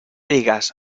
digas